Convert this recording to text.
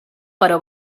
però